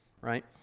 right